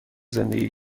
زندگی